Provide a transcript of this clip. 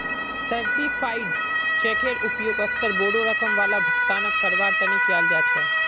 certified चेकेर उपयोग अक्सर बोडो रकम वाला भुगतानक करवार तने कियाल जा छे